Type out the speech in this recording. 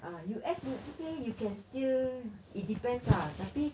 ah U_S U_K you can still it depends ah tapi